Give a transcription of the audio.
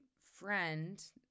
friend